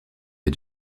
les